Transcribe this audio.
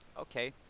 Okay